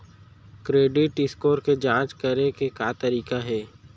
Credit score के जाँच करे के का तरीका हे?